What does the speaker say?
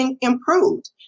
improved